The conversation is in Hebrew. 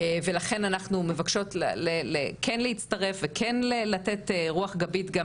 ולכן אנחנו מבקשות כן להצטרף וכן לתת רוח גבית גם